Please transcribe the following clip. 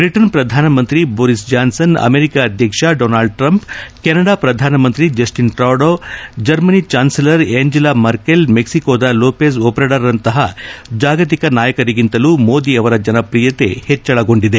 Britain ಶ್ರಧಾನಮಂತ್ರಿ Boris Johnson America ಅಧ್ಯಕ್ಷ Donald Trump Canada ಪ್ರಧಾನ ಮಂತ್ರಿ Justin Trudeau Germany chancellor Angela Merkel ಮೆಕ್ಕಿಕೊದ ಲೋಷೇಜ್ ಓಬ್ರಾಡರ್ರಂತಹ ಜಾಗತಿಕ ನಾಯಕರಿಗಿಂತಲೂ ಮೋದಿ ಅವರ ಜನಪ್ರಿಯತೆ ಹೆಚ್ಗಳಗೊಂಡಿದೆ